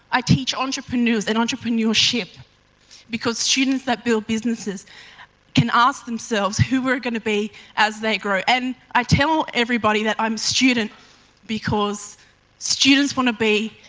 i teach entrepreneurs and entrepreneurship because students that build businesses can ask themselves who are going to be as they grow. and i tell everybody that i'm a student because students want to be